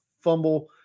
fumble